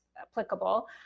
applicable